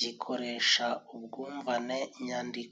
gikoresha ubwumvane nyandiko.